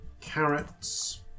carrots